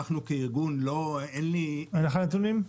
אנחנו כארגון לא -- אין לך נתונים?